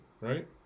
right